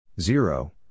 Zero